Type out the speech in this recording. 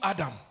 Adam